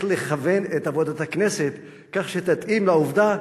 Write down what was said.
לכוון את עבודת הכנסת כך שתתאים לעובדה,